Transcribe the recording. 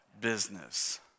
business